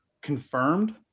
confirmed